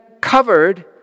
covered